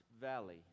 valley